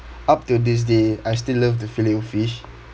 up till this day I still love the filet O fish